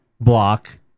block